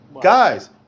Guys